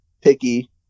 picky